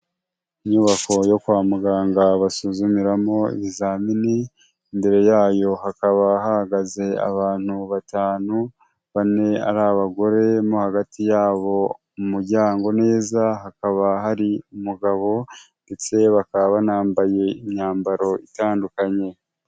Inyubako yo kwa muganga basuzumiramo ibizamini, imbere yayo hakaba hahagaze abantu batanu, bane ari abagore, mo hagati yabo mu muryango neza hakaba hari umugabo ndetse bakaba banambaye imyambaro itandukanye.